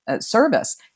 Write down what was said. Service